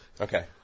Okay